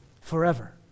Forever